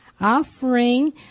Offering